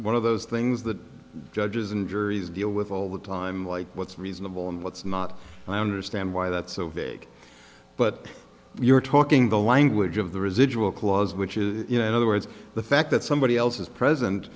one of those things that judges and juries deal with all the time like what's reasonable and what's not and i understand why that's so vague but you're talking the language of the residual clause which is you know in other words the fact that somebody else is present